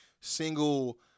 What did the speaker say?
single